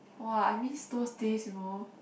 !wah! I miss those days you know